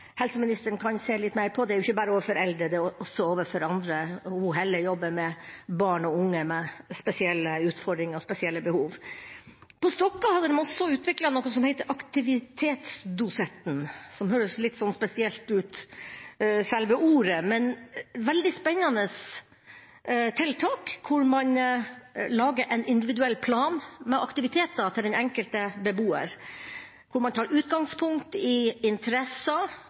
helseministeren kan se litt mer på det. Det er ikke bare for eldre, men også for andre. Helle jobber med barn og unge med spesielle utfordringer og spesielle behov. På Stokka hadde de også utviklet noe som de kalte for «aktivitetsdosetten». Selve ordet høres noe spesielt ut, men det er veldig spennende tiltak hvor man lager en individuell plan med aktiviteter til den enkelte beboer. Man tar utgangspunkt i interesser